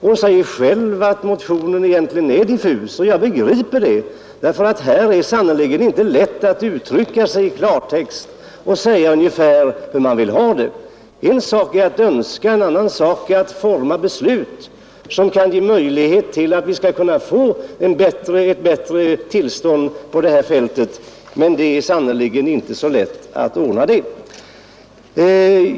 Hon sade själv att motionen egentligen är diffus, och jag begriper det, ty det är sannerligen inte lätt att uttrycka sig i klartext och säga ungefär hur man vill ha det. En sak är att önska, en annan sak är att forma beslut som kan ge möjlighet att skapa ett bättre tillstånd på detta sätt. Men det är sannerligen inte så lätt att ordna det.